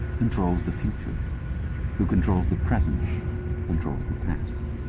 controls the future who controls the present controls the past